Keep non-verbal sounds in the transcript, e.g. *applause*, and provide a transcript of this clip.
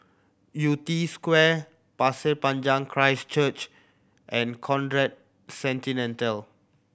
Yew Tee Square Pasir Panjang Christ Church and Conrad *unintelligible*